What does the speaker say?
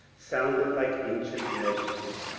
sounded like ancient legends.